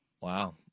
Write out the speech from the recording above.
Wow